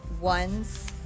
one's